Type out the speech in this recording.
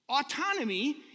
Autonomy